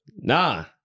Nah